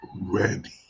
ready